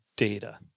data